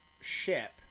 ship